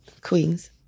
Queens